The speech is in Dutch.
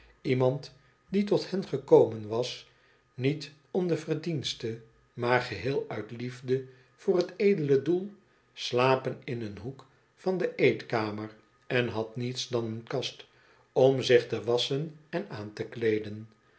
iemand die tot hen gekomen was niet om de verdienste maar geheel uit liefde voor het edele doel slapen in een hoek van de eetkamer en had niets dan een kast om zich te wasschen en aan te kleeden